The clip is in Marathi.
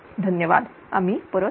धन्यवादआम्ही परत येऊ